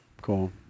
Cool